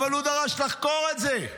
אבל הוא דרש לחקור את זה: